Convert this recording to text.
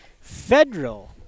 federal